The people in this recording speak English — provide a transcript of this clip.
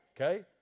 okay